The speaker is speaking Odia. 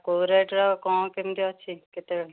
କେଉଁ ରେଟ୍ର କ'ଣ କେମିତି ଅଛି କେତେ